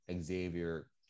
xavier